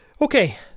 Okay